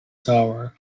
tower